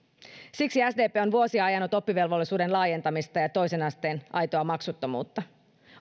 siksi sdp on vuosia ajanut oppivelvollisuuden laajentamista ja toisen asteen aitoa maksuttomuutta